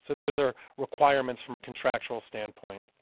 so those are requirements from a contractual standpoint.